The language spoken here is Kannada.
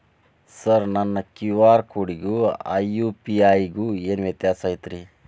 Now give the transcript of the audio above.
ಸರ್ ನನ್ನ ಕ್ಯೂ.ಆರ್ ಕೊಡಿಗೂ ಆ ಯು.ಪಿ.ಐ ಗೂ ಏನ್ ವ್ಯತ್ಯಾಸ ಐತ್ರಿ?